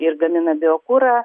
ir gamina biokurą